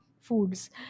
foods